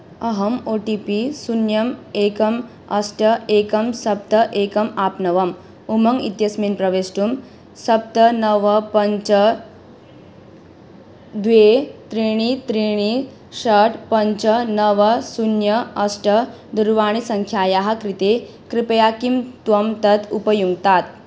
अहम् O T P शून्यम् एकम् अष्ट एकं सप्त एकम् आप्नवम् उमङ्ग् इत्यस्मिन् प्रवेष्टुं सप्त नव पञ्च द्वे त्रीणि त्रीणि षट् पञ्च नव शून्यम् अष्ट दूरवाणीसङ्ख्यायाः कृते कृपया किं त्वं तत् उपयुङ्क्तात्